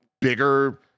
bigger